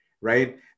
Right